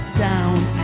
sound